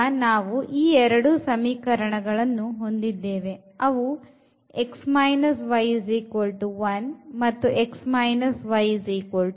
ಈಗ ನಾವು ಈ ಎರಡು ಸಮೀಕರಣಗಳನ್ನು ಹೊಂದಿದ್ದೇನೆ ಅವು x y1 ಮತ್ತು x y 2